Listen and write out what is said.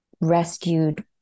rescued